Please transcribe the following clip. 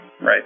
Right